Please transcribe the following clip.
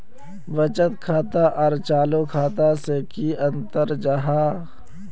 बचत खाता आर चालू खाता से की अंतर जाहा?